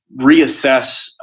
reassess